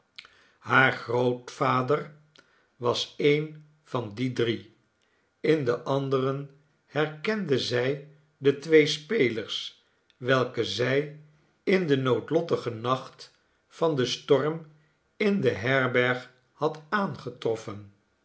haar grootvader was een van die drie in de anderen herkende zij de twee spelers welke zij in den noodlottigen nacht van den storm in de herberg had aangetroffen